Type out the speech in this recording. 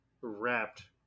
wrapped